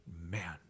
Man